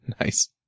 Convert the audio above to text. nice